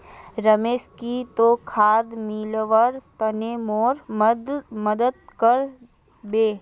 रमेश की ती खाद मिलव्वार तने मोर मदद कर बो